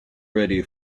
ready